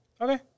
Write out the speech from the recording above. Okay